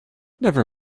never